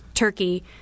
turkey